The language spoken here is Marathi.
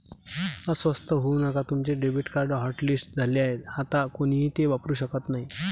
अस्वस्थ होऊ नका तुमचे डेबिट कार्ड हॉटलिस्ट झाले आहे आता कोणीही ते वापरू शकत नाही